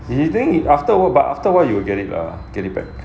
editing after a while you will get it lah get it back